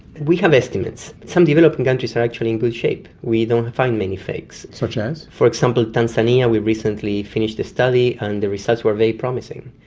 we have estimates. some developing countries are actually in good shape. we don't find many fakes. such as? for example, tanzania, we recently finished a study and the results were very promising.